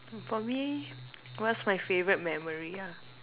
for me what's my favourite memory ah